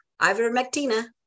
Ivermectina